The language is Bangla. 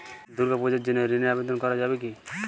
দুর্গাপূজার জন্য ঋণের আবেদন করা যাবে কি?